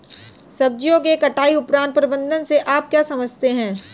सब्जियों के कटाई उपरांत प्रबंधन से आप क्या समझते हैं?